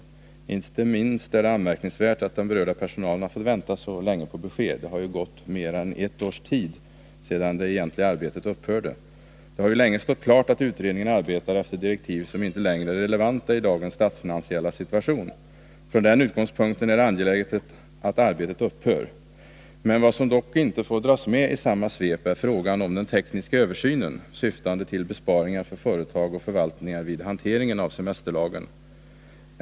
Inte minst är det anmärkningsvärt att den berörda personalen har fått vänta så länge på besked. Det har ju gått mer än ett år sedan det egentliga arbetet upphörde. Det har länge stått klart att utredningen arbetat efter direktiv som inte längre är relevanta i dagens statsfinansiella situation. Från den utgångspunkten är det angeläget att arbetet upphör. Vad som dock inte får dras med i samma svep är frågan om den tekniska översynen, syftande till besparingar för företag och förvaltningar vid hanteringen av semesterlagen.